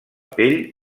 pell